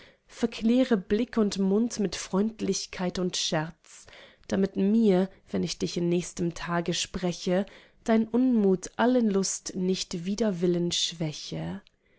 verkläre blick und mund mit freundlichkeit und scherz damit mir wenn ich dich in nächstem tage spreche dein unmut alle lust nicht wider willen schwäche